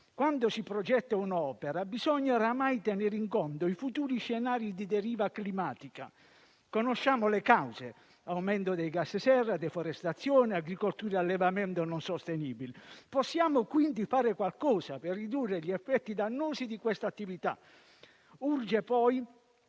Quando si progetta un'opera, bisogna oramai tenere in conto i futuri scenari di deriva climatica. Conosciamo le cause: aumento dei gas serra; deforestazione; agricoltura e allevamento non sostenibile. Possiamo, quindi, fare qualcosa per ridurre gli effetti dannosi di questa attività. Urge poi